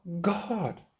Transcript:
God